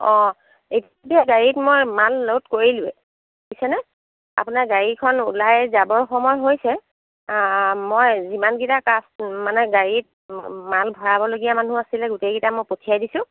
অ' এতিয়া গাড়ীত মই মাল লোড কৰিলোৱে শুনিছেনে আপোনাৰ গাড়ীখন ওলাই যাবৰ সময় হৈছে অ' অ' মই যিমান কেইটা কাষ্ট মানে গাড়ীত মাল ভৰাবলগীয়া মানুহ আছিলে গোটেই কেইটা মই পঠিয়াই দিছো